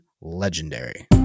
legendary